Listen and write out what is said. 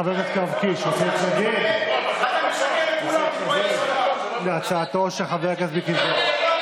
חבר הכנסת יואב קיש רוצה להתנגד להצעתו של חבר הכנסת מיקי זוהר.